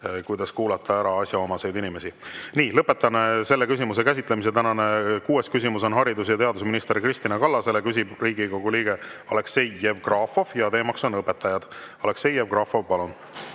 kuidas kuulata ära asjaomaseid inimesi. Nii, lõpetame selle küsimuse käsitlemise. Tänane kuues küsimus on haridus- ja teadusminister Kristina Kallasele, küsib Riigikogu liige Aleksei Jevgrafov ja teema on õpetajad. Aleksei Jevgrafov, palun!